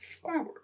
flower